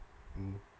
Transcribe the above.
mm